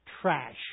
trash